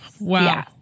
wow